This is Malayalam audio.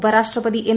ഉപരാഷ്ട്രപതി എം